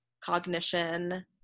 cognition